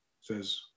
says